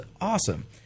awesome